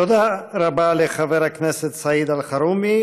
תודה רבה לחבר הכנסת סעיד אלחרומי